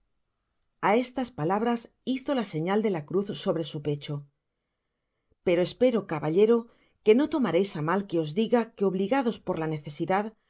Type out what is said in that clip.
a estas palabras hizo la señal de la cruz sobre su pecho pero espero caballero que no tomareis á mal que os diga que obligados por la necesidad